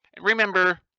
Remember